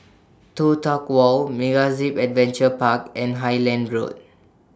Toh Tuck Walk MegaZip Adventure Park and Highland Road